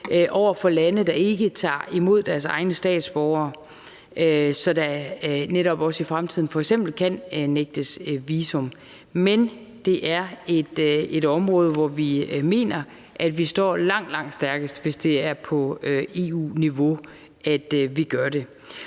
over for lande, der ikke tager imod deres egne statsborgere, så der netop også i fremtiden f.eks. kan nægtes visum. Men det er et område, hvor vi mener at vi står langt, langt stærkest, hvis det er på EU-niveau, vi gør det.